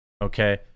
Okay